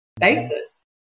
basis